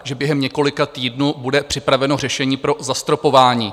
Že během několika týdnů bude připraveno řešení pro zastropování?